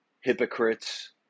hypocrites